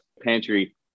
pantry